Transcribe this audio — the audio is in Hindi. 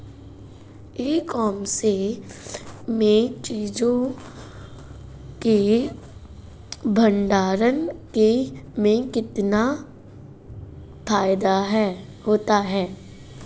ई कॉमर्स में चीज़ों के भंडारण में कितना फायदा होता है?